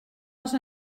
els